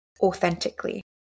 authentically